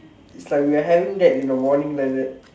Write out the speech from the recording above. it's like we are having that in the morning like that